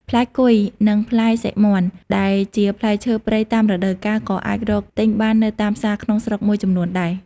ផ្លែគុយ និងផ្លែសិរមាន់ ដែលជាផ្លែឈើព្រៃតាមរដូវកាល ក៏អាចរកទិញបាននៅតាមផ្សារក្នុងស្រុកមួយចំនួនដែរ។